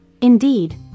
Indeed